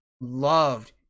loved